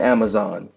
Amazon